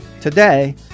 Today